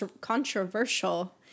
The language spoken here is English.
controversial